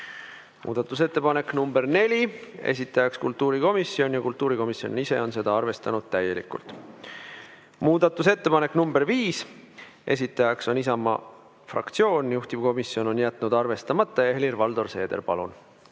Muudatusettepanek nr 4, esitajaks kultuurikomisjon ja kultuurikomisjon ise on seda arvestanud täielikult. Muudatusettepanek nr 5, esitajaks on Isamaa fraktsioon, juhtivkomisjon on jätnud arvestamata. Helir-Valdor Seeder, palun!